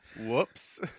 Whoops